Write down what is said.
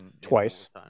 Twice